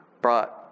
brought